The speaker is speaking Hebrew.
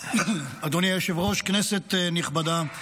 אדוני היושב-ראש, כנסת נכבדה,